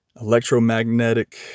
electromagnetic